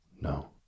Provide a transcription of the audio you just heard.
no